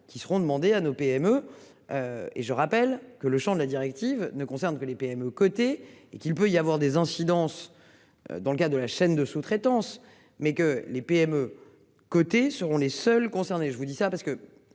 Qui seront demandés à nos PME. Et je rappelle que le Champ de la directive ne concerne que les PME cotées et qu'il peut y avoir des incidences. Dans le cas de la chaîne de sous-traitance mais que les PME cotées seront les seuls concernés. Je vous dis ça parce que.